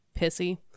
pissy